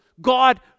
god